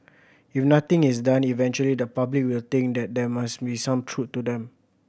if nothing is done eventually the public will think that there must be some truth to them